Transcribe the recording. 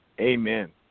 Amen